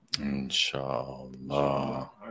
Inshallah